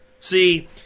See